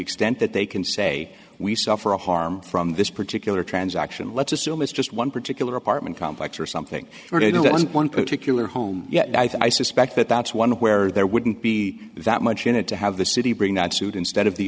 extent that they can say we suffer a harm from this particular transaction let's assume it's just one particular apartment complex or something or do you know one particular home yet i suspect that that's one where there wouldn't be that much in it to have the city bring that suit instead of the